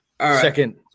second